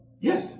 Yes